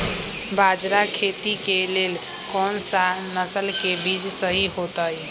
बाजरा खेती के लेल कोन सा नसल के बीज सही होतइ?